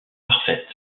parfaite